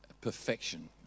perfection